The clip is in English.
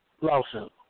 lawsuit